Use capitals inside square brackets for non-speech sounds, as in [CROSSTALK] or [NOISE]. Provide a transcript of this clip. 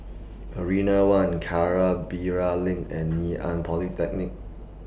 Marina one [UNINTELLIGIBLE] LINK and Ngee Ann Polytechnic